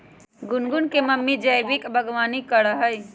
गुनगुन के मम्मी जैविक बागवानी करा हई